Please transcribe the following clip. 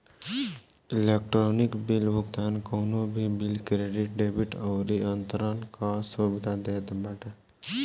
electronic bill भुगतान कवनो भी बिल, क्रेडिट, डेबिट अउरी अंतरण कअ सुविधा देत बाटे